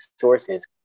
sources